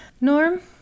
norm